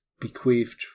bequeathed